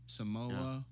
Samoa